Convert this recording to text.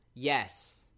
Yes